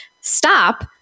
Stop